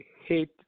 hate